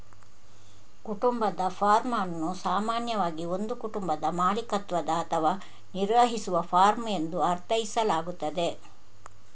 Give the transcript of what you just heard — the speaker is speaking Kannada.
ಕುಟುಂಬದ ಫಾರ್ಮ್ ಅನ್ನು ಸಾಮಾನ್ಯವಾಗಿ ಒಂದು ಕುಟುಂಬದ ಮಾಲೀಕತ್ವದ ಅಥವಾ ನಿರ್ವಹಿಸುವ ಫಾರ್ಮ್ ಎಂದು ಅರ್ಥೈಸಲಾಗುತ್ತದೆ